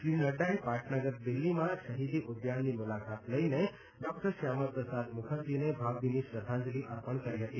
શ્રી નડ્રાએ પાટનગર દિલ્હીમાં શહિદી ઉદ્યાનની મુલાકાત લઇને ડોકટર શ્યામાપ્રસાદ મુખરજીને ભાવભીની શ્રદ્ધાંજલી અર્પણ કરી હતી